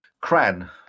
Cran